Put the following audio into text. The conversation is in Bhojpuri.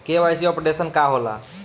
के.वाइ.सी अपडेशन का होला?